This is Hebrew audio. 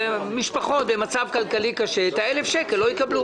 משפחות במצב כלכלי קשה לא יקבלו את ה-1,000 שקל.